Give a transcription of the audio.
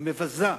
המבזה,